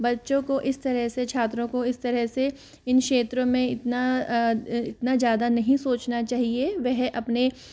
बच्चों को इस तरहे से छात्रों को इस तरहे से इन क्षेत्रों में इतना इतना ज़्यादा नहीं सोचना चाहिए वह अपने